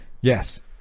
yes